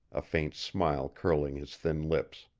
a faint smile curling his thin lips.